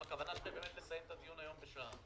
אם הכוונה שלך באמת לסיים את הדיון היום בשעה,